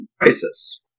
crisis